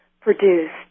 produced